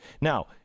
Now